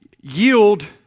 yield